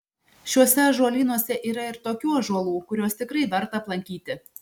šiuose ąžuolynuose yra ir tokių ąžuolų kuriuos tikrai verta aplankyti